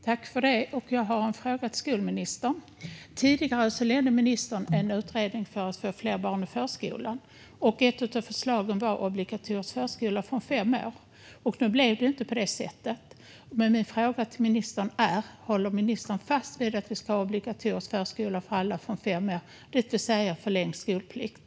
Herr talman! Jag har en fråga till skolministern. Tidigare ledde ministern en utredning för att få fler barn i förskolan. Ett av förslagen var obligatorisk förskola från fem års ålder. Nu blev det inte på det sättet, men min fråga till ministern är: Håller ministern fast vid att vi ska ha obligatorisk förskola för alla från fem år, det vill säga förlängd skolplikt?